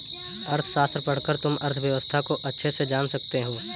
अर्थशास्त्र पढ़कर तुम अर्थव्यवस्था को अच्छे से जान सकते हो